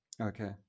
Okay